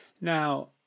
Now